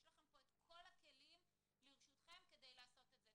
יש לכם את כל הכלים לרשותכם כדי לעשות את זה.